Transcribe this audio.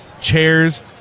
chairs